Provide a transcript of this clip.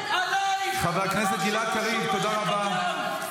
חבר הכנסת גלעד קריב, תודה רבה.